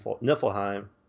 Niflheim